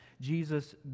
Jesus